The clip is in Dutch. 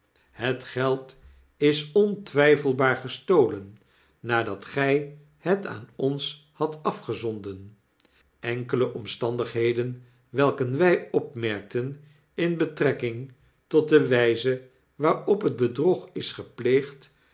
het geld is ontwyfelbaar gestolennadatgijhet aan ons hadt afgezonden enkele omstandigheden welke wy opmerkten in betrekking tot de wijze waarop het bedrog is gepleegd